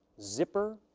zipper,